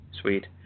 Sweet